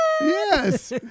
Yes